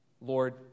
Lord